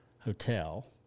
Hotel